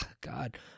God